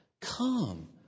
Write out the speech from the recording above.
Come